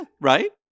right